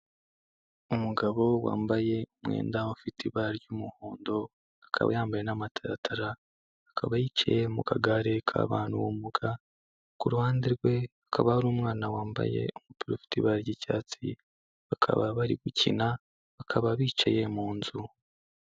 Umugabo wambaye umwenda ufite ibara ry'umuhondo akaba yambaye n'amataratara akaba yicaye mu kagare k'ababana n'ubumuga, kuruhande rwe hakaba hari umwana wambaye umupira ufite ibara ry'icyatsi bakaba bari gukina bakaba bicaye mu nzu.